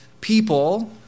people